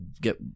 get